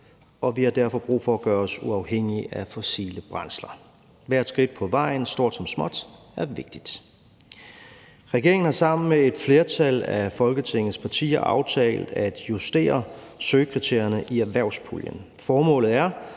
og vi har derfor brug for at gøre os uafhængige af fossile brændsler. Hvert skridt på vejen, stort som småt, er vigtigt. Regeringen har sammen med et flertal af Folketingets partier aftalt at justere søgekriterierne i erhvervspuljen. Formålet er